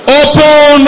open